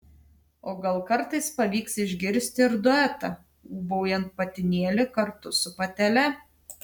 o gal kartais pavyks išgirsti ir duetą ūbaujant patinėlį kartu su patele